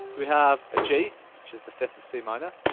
so we have a g, which is the fifth of c minor,